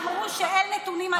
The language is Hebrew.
לי אמרו שאין נתונים על הנושא.